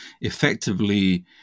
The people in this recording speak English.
effectively